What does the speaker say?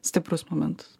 stiprus momentas